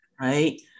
right